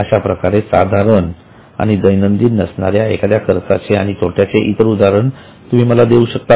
अशाप्रकारे साधारण आणि दैनंदिन नसणाऱ्या एखाद्या खर्चाचे आणि तोट्याचे इतर उदाहरण तुम्ही मला देऊ शकता का